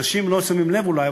אנשים לא שמים לב אולי,